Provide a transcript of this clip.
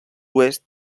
oest